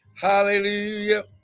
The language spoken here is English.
Hallelujah